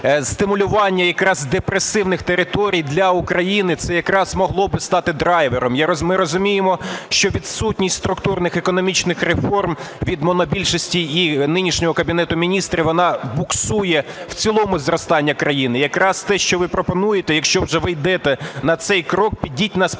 стимулювання якраз депресивних територій для України – це якраз могло би стати драйвером. Ми розуміємо, що відсутність структурних економічних реформ від монобільшості і нинішнього Кабінету Міністрів, вона буксує в цілому зростання країни. Якраз те, що ви пропонуєте, якщо вже ви йдете на цей крок, підіть на спеціальні